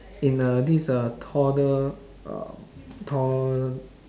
in a this uh toddle~ uh to~